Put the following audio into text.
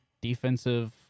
defensive